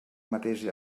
mateix